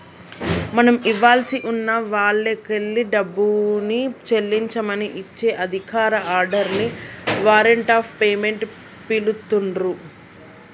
మనం ఇవ్వాల్సి ఉన్న వాల్లకెల్లి డబ్బుని చెల్లించమని ఇచ్చే అధికారిక ఆర్డర్ ని వారెంట్ ఆఫ్ పేమెంట్ పిలుత్తున్రు